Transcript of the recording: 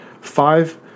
five